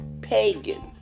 pagan